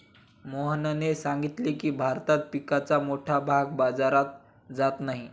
मोहनने सांगितले की, भारतात पिकाचा मोठा भाग बाजारात जात नाही